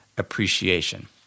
appreciation